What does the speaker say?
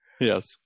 Yes